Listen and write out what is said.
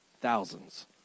thousands